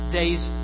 days